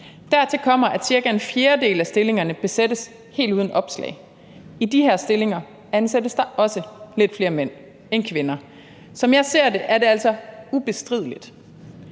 Dertil kommer, at cirka en fjerdedel af stillingerne besættes helt uden opslag. I de her stillinger ansættes der også lidt flere mænd end kvinder. Som jeg ser det, er det altså ubestrideligt,